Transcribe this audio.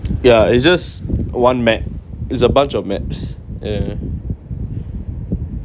ya it's just one map it's a bunch of maps